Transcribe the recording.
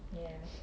ya